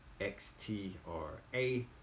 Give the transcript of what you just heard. X-T-R-A